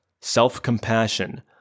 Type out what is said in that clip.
Self-compassion